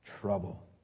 trouble